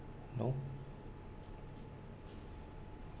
no